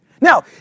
Now